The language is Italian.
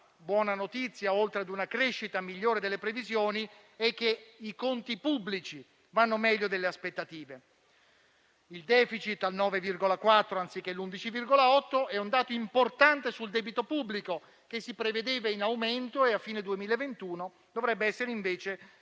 buona notizia - oltre a una crescita migliore delle previsioni - è che i conti pubblici vanno meglio delle aspettative: il *deficit* al 9,4 anziché all'11,8 è un dato importante sul debito pubblico, che si prevedeva in aumento e a fine 2021 dovrebbe essere invece